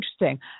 interesting